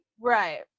Right